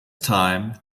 time